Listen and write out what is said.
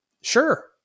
Sure